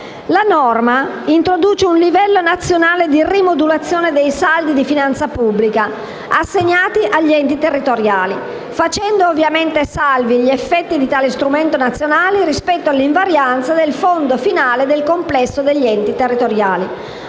La norma introduce un livello nazionale di rimodulazione dei saldi di finanza pubblica assegnati agli enti territoriali, facendo ovviamente salvi gli effetti di tale strumento nazionale rispetto all'invarianza del fondo finale del complesso degli enti territoriali.